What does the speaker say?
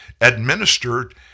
administered